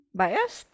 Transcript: bias